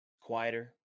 quieter